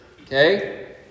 okay